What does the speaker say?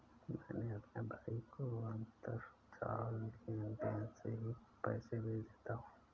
मैं अपने भाई को अंतरजाल लेनदेन से ही पैसे भेज देता हूं